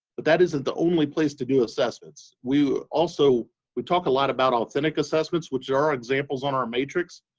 but that isn't the only place to do assessments. we also we talk a lot about authentic assessments, which there are examples on our matrix.